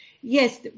yes